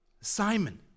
Simon